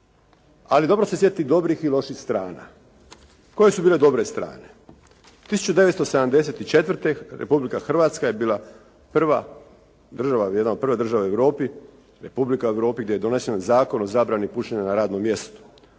ali dobro se sjetiti dobrih i loših strana. Koje su bile dobre strane? 1974. Republika Hrvatska je bila prva država, jedna od prvih država u Europi, republika u Europi gdje je donesen Zakon o zabrani pušenja na radnom mjestu.